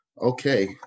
Okay